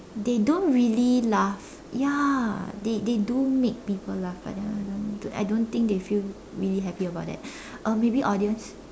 they don't really laugh ya they they do make people laugh but then I don't think they feel really happy about that uh maybe audience